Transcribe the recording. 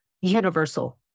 universal